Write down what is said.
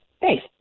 Thanks